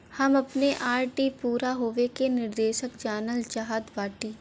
हम अपने आर.डी पूरा होवे के निर्देश जानल चाहत बाटी